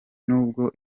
nubwo